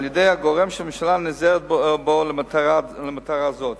על-ידי הגורם שהממשלה נעזרת בו למטרה זאת,